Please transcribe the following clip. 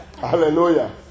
Hallelujah